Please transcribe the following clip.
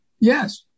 Yes